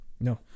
No